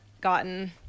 gotten